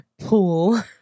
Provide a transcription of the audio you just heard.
pool